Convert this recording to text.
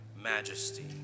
majesty